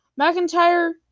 McIntyre